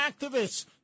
activists